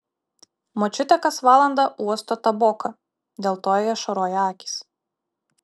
močiutė kas valandą uosto taboką dėl to jai ašaroja akys